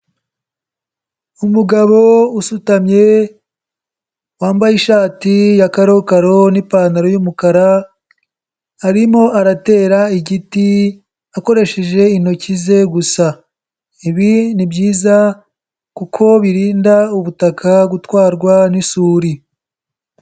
Umugabo usutamye wambaye ishati ya karokaro n'ipantaro y'umukara arimo aratera igiti akoresheje intoki ze gusa, ibi ni byiza kuko birinda ubutaka gutwarwa n'isuri.